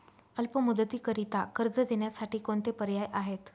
अल्प मुदतीकरीता कर्ज देण्यासाठी कोणते पर्याय आहेत?